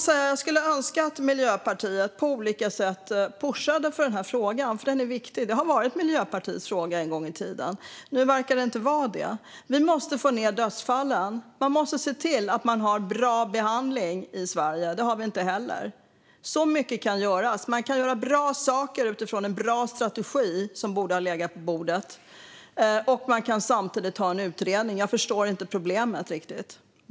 Jag skulle önska att Miljöpartiet på olika sätt pushade för den här frågan, för den är viktig. Det har en gång i tiden varit Miljöpartiets fråga. Nu verkar den inte vara det. Vi måste få ned dödsfallen. Man måste se till att man har bra behandling i Sverige. Det har vi inte heller. Så mycket kan göras. Man kan göra bra saker utifrån en bra strategi som borde ha legat på bordet, och man kan samtidigt ha en utredning. Jag förstår inte riktigt problemet.